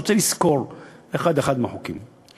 אני רוצה לסקור את החוקים אחד-אחד.